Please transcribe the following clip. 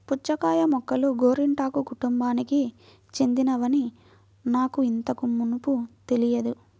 పుచ్చకాయ మొక్కలు గోరింటాకు కుటుంబానికి చెందినవని నాకు ఇంతకు మునుపు తెలియదు